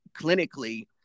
clinically